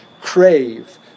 crave